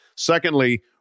Secondly